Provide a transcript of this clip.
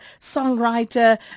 songwriter